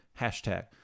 Hashtag